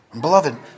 Beloved